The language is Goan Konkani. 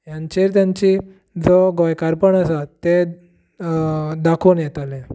ह्यांचेर तेंची जो गोंयकारपण आसा तें दाखोवन येतलें